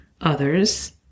others